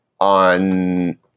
on